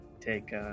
Take